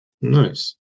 Nice